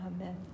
Amen